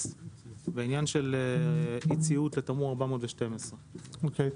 והעניין של אי ציות לתמרור 412. אוקיי.